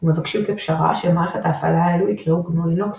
ומבקשים כפשרה שלמערכות ההפעלה האלו יקראו גנו/לינוקס